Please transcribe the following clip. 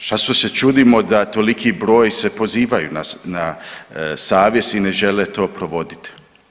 Zašto se čudimo da toliki broj se pozivaju na savjest i ne žele to provoditi?